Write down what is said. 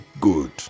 good